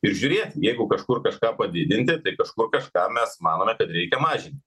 ir žiūrėti jeigu kažkur kažką padidinti tai kažkur kažką mes manome kad reikia mažint